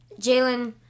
Jalen